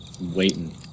waiting